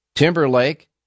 Timberlake